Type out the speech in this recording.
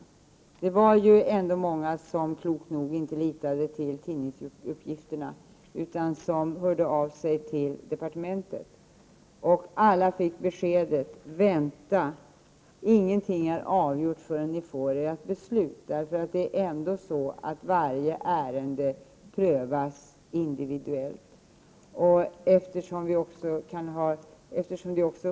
Klokt nog litade många inte på tidningsuppgifterna utan hörde av sig till departementet. Alla fick beskedet: Vänta, ingenting är avgjort förrän ni får ett beslut! Varje ärende prövas ändå individuellt.